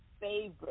favorite